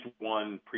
one